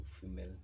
female